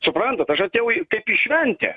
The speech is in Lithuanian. suprantat aš atėjau kaip į šventę